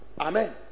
amen